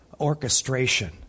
Orchestration